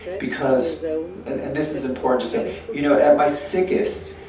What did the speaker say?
because and and this is important to say you know, at my sickest,